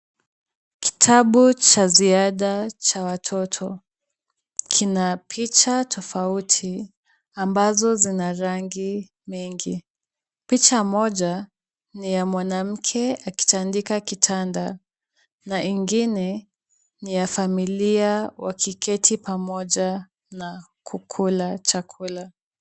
Kitabu cha ziada cha watoto kina picha tofauti ambazo zina rangi mingi, picha moja ni ya mwanamke akitandika kitanda, ingine ni ya familia wakiketi pamoja na kukula chakula.